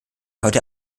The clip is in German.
heute